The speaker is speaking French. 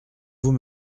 vous